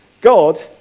God